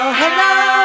hello